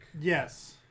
Yes